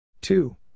two